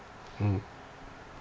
mmhmm